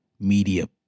media